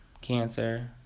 Cancer